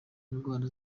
indwara